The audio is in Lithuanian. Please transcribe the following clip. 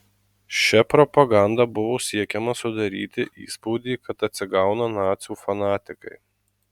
šia propaganda buvo siekiama sudaryti įspūdį kad atsigauna nacių fanatikai